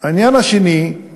העניין השני הוא